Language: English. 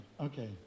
okay